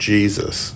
Jesus